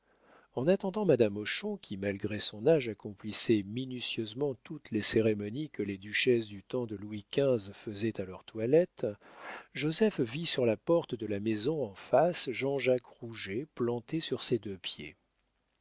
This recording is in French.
en attendant madame hochon qui malgré son âge accomplissait minutieusement toutes les cérémonies que les duchesses du temps de louis xv faisaient à leur toilette joseph vit sur la porte de la maison en face jean-jacques rouget planté sur ses deux pieds